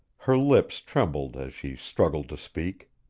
her lips trembled as she struggled to speak.